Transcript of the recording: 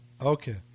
Okay